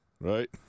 right